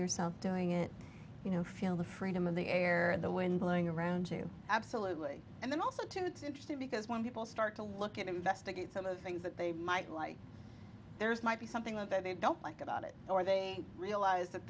yourself doing it you know feel the freedom of the air the wind blowing around you absolutely and then also to it's interesting because when people start to look at investigate some of things that they might like there's might be something that they don't like about it or they realize that